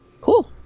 Cool